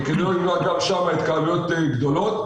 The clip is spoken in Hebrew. כדי למנוע גם שם התקהלויות גדולות.